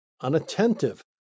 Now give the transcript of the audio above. unattentive